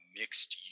mixed